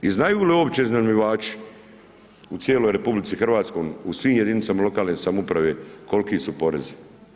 I znaju li uopće iznajmljivači u cijeloj RH, u svim jedinicama lokalne samouprave koliki su porezi?